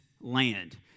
land